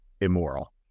immoral